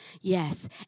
Yes